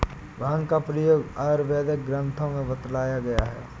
भाँग का प्रयोग आयुर्वेदिक ग्रन्थों में बतलाया गया है